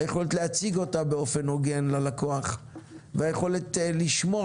היכולת להציג אותה באופן הוגן ללקוח והיכולת לשמור